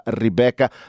Rebecca